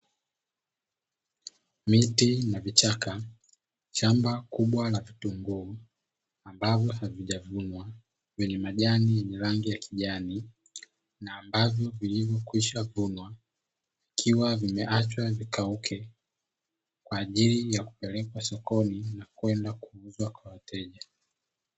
Miti na vichaka, shamba kubwa la vitunguu ambavyo havijavunwa vyenye majani yenye majani yenye rangi ya kijani na ambavyo vilivyokwisha vunwa vikiwa vimeachwa vikauke kwa ajili ya kupelekwa sokoni na kwenda kuuzwa kwa wateja.